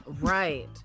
Right